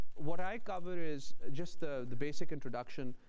what i cover is just the the basic introduction.